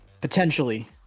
potentially